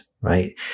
right